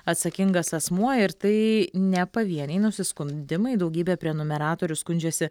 atsakingas asmuo ir tai ne pavieniai nusiskundimai daugybė prenumeratorių skundžiasi